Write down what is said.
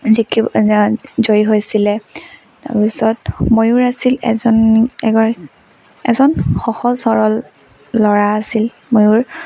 জিকি জয়ী হৈছিলে তাৰপিছত ময়ূৰ আছিল এজন এগৰাকী এজন সহজ সৰল ল'ৰা আছিল ময়ূৰ